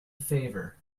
favor